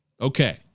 Okay